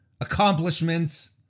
accomplishments